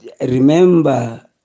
Remember